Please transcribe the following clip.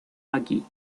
aquí